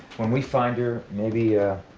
when we find her, maybe,